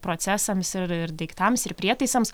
procesams ir ir daiktams ir prietaisams